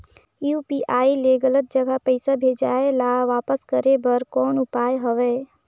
UPI ले गलत जगह पईसा भेजाय ल वापस करे बर कौन उपाय हवय?